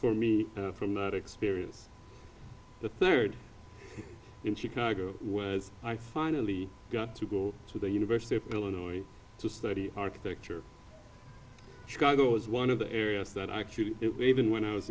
for me from that experience the third in chicago where i finally got to go to the university of illinois to study architecture chicago is one of the areas that actually even when i was